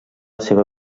seva